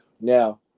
Now